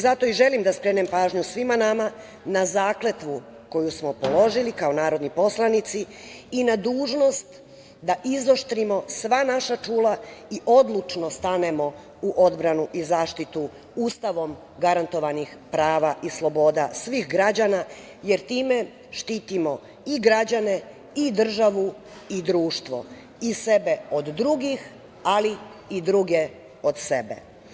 Zato i želim da skrenem pažnju svima nama na zakletvu koju smo položili kao narodni poslanici i na dužnost da izoštrimo sva naša čula i odlučno stanemo u odbranu i zaštitu Ustavom garantovanih prava i sloboda svih građana, jer time štitimo i građane i državu i društvo, i sebe od drugih, ali i druge od sebe.